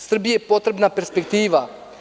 Srbiji je potrebna perspektiva.